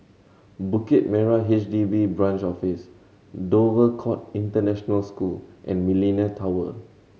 Bukit Merah H D B Branch Office Dover Court International School and Millenia Tower